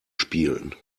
spielen